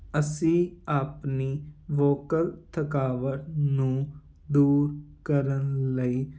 ਅਸੀਂ ਆਪਣੀ ਵੋਕਲ ਥਕਾਵਟ ਨੂੰ ਦੂਰ ਕਰਨ ਲਈ